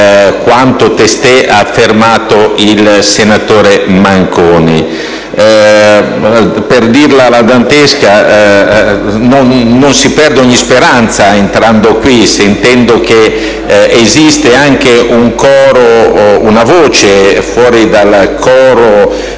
quanto testé ha affermato il senatore Manconi. Per dirla alla dantesca, non si perda ogni speranza entrando qui e sentendo che esiste anche una voce fuori dal coro